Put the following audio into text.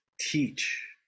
teach